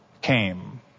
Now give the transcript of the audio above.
came